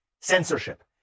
censorship